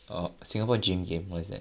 oh Singapore dream game what is that